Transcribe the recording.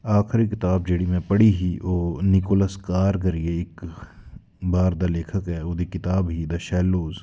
आखरी कताब जेह्ड़ी में पढ़ी ही ओह् निकोलस कार करियै इक बाह्र दा लेखक ऐ ओह्दी कताब ही द शैलोस